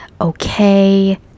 okay